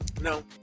No